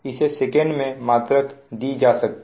इसे सेकंड में मात्रक दी जा सकती